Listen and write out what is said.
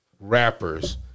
rappers